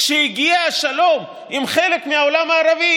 כשהגיע השלום עם חלק מהעולם הערבי,